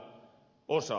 täällä ed